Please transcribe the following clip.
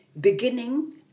beginning